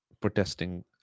protesting